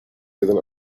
jeden